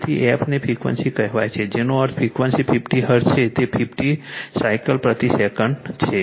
તેથી f ને frequency કહેવાય છે જેનો અર્થ ફ્રિક્વન્સી 50 હર્ટ્ઝ છે તે 50 સાયકલ પ્રતિ સેકન્ડ છે